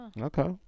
Okay